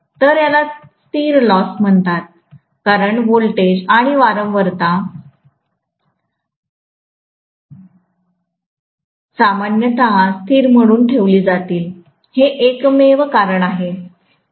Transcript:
तर याला स्थिर लॉस म्हणतात कारण व्होल्टेज आणि वारंवारता सामान्यत स्थिर म्हणून ठेवली जातील हे एकमेव कारण आहे